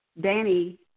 Danny